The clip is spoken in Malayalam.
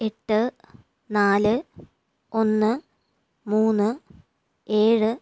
എട്ട് നാല് ഒന്ന് മൂന്ന് ഏഴ്